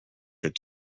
would